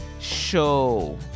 show